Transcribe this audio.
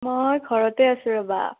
মই ঘৰতে আছোঁ ৰ'বা